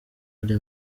ally